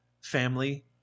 family